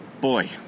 Boy